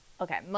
Okay